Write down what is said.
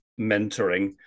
mentoring